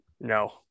No